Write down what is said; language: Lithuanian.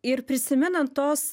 ir prisimenant tos